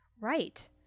right